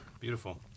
Beautiful